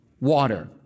water